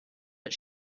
but